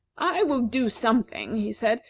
i will do something, he said,